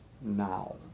now